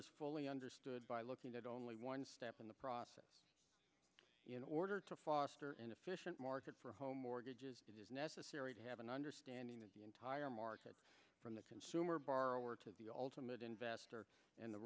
is fully understood by looking at only one step in the process in order to foster an efficient market for home mortgages it is necessary to have an understanding of the entire market from the consumer borrower to the ultimate investor and the